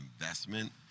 investment